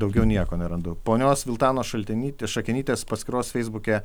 daugiau nieko nerandu ponios viltanos šaltenyt šakenytės paskyros feisbuke